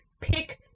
pick